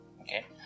okay